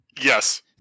yes